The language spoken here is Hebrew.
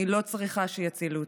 אני לא צריכה שיצילו אותי.